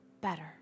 better